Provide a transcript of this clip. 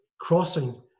crossing